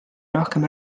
rohkem